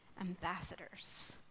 ambassadors